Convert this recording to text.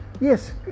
Yes